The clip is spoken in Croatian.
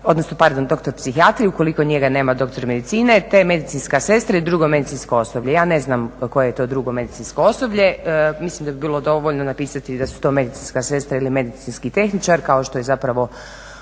prisile određuje doktor psihijatrije, ukoliko njega nema doktor medicine te medicinska sestra i drugo medicinsko osoblje. Ja ne znam koje je to drugo medicinsko osoblje, mislim da bi bilo dovoljno napisati da su to medicinska sestra ili medicinski tehničar kao što je to